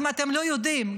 אם אתם לא יודעים,